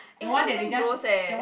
eh that one damn gross eh